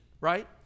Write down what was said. right